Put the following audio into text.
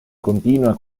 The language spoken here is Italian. continua